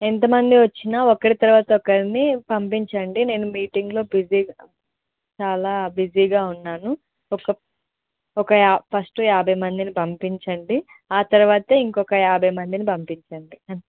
ఎంత మంది వచ్చినా ఒకరి తరువాత ఒకరిని పంపించండి నేను మీటింగ్లో బిజీగా చాలా బిజీగా ఉన్నాను ఒక ఒక యా ఫస్ట్ యాభై మందిని పంపించండి తరువాత ఇంకొక యాభై మందిని పంపించండి